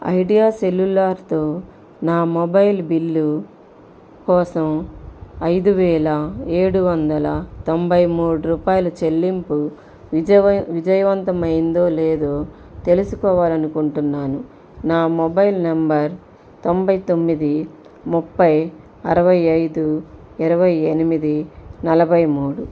idea సెల్యులార్తో నా mobile bill కోసం ఐదు వేల ఏడు వందల తొంభై మూడు రూపాయులు చెల్లింపు విజయవంతమైందో లేదో తెలుసుకోవాలనుకుంటున్నాను నా మొబైల్ నంబర్ తొంభై తొమ్మిది ముప్పై అరవై ఐదు ఇరవై ఎనిమిది నలభై మూడు